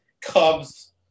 Cubs